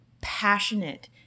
passionate